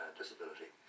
disability